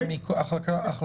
זה יושב-ראש ועדת